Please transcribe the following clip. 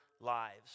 lives